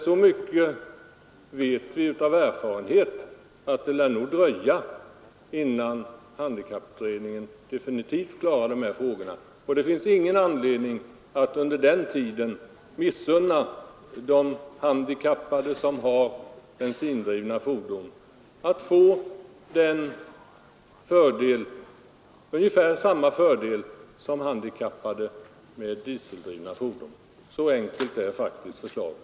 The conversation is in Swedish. Så mycket vet vi ändå av erfarenhet att det lär dröja innan de här frågorna har färdigbehandlats, och det finns ingen anledning att under utredningstiden missunna de handikappade med bensindrivna fordon ungefär samma fördel som handikappade med dieseldrivna fordon nu har. Så enkelt är faktiskt förslaget.